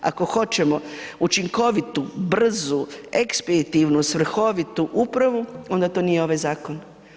Ako hoćemo učinkovitu, brzu, ekspeditivnu, svrhovitu upravu, onda to nije ovaj zakon.